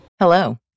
Hello